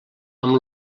amb